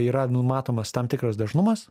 yra numatomas tam tikras dažnumas